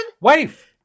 Wife